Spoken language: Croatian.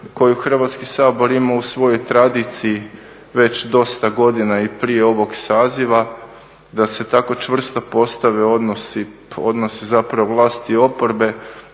koju Hrvatski sabor ima u svojoj tradiciji već dosta godina i prije ovog saziva da se tako čvrsto postave odnosi zapravo vlasti i oporbe,